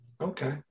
Okay